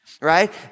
right